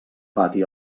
pati